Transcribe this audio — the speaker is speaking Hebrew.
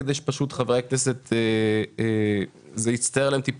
זה בעצם דוח